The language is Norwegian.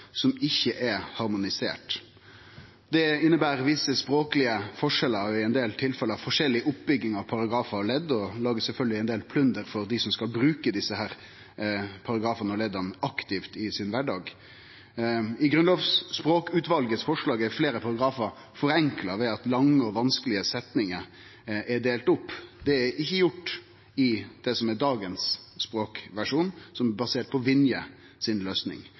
som ikkje er harmoniserte. Dette inneber visse språklege forskjellar og i ein del tilfelle forskjellar i oppbygginga av paragrafar og ledd, og det lagar sjølvsagt ein del plunder for dei som skal bruke desse paragrafane og ledda aktivt i kvardagen. I Grunnlovsspråkutvalets forslag er fleire paragrafar forenkla ved at lange og vanskelege setningar er delte opp. Det er ikkje gjort i det som er dagens versjon, som er basert på Vinjes løysing,